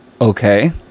Okay